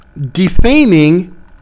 defaming